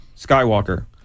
Skywalker